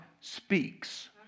Speaks